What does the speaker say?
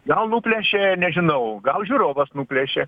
gal nuplėšė nežinau gal žiūrovas nuplėšė